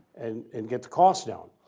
and and get the cost down.